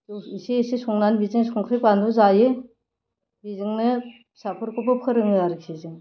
जौ इसे इसे संनानै बेजों संख्रि बानलु जायो बेजोंनो फिसाफोरखौबो फोरोङो आरोखि जों